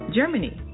Germany